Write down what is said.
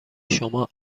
شما